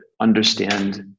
understand